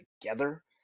together